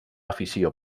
afició